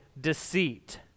deceit